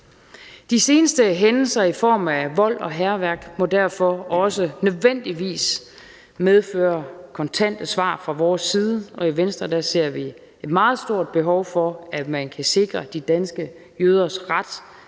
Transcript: De seneste hændelser i form af vold og hærværk må derfor også nødvendigvis medføre kontante svar fra vores side, og i Venstre ser vi et meget stort behov for, at man kan sikre de danske jøders ret